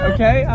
Okay